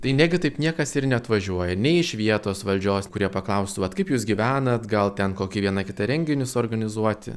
tai negi taip niekas ir neatvažiuoja nei iš vietos valdžios kurie paklaustų vat kaip jūs gyvenat gal ten kokį vieną kitą renginį suorganizuoti